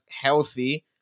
healthy